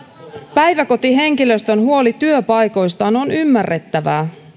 päiväkotihenkilöstön huoli työpaikoistaan on ymmärrettävää